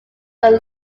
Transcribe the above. will